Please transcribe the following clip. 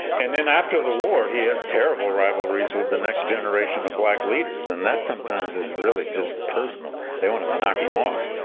and then after the war, he has terrible rivalries with the next generation of black leaders, and that's sometimes it's really just personal, they want to knock him off.